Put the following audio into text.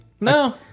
No